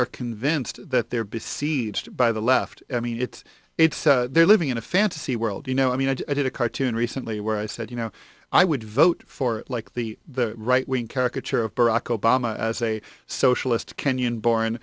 are convinced that there be seized by the left i mean it's it's they're living in a fantasy world you know i mean i did a cartoon recently where i said you know i would vote for like the the right wing caricature of barack obama as a socialist kenyan born